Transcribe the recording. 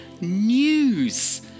news